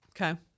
Okay